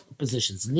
positions